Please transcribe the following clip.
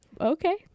Okay